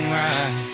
right